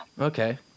Okay